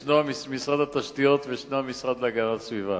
ישנו משרד התשתיות וישנו המשרד להגנת הסביבה.